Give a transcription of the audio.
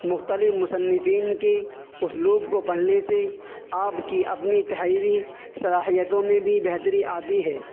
مختلف مصنفین کی اسلوب کو پڑھنے سے آپ کی اپنی تحریری صلاحیتیوں میں بھی بہتری آتی ہے